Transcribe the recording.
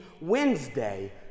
Wednesday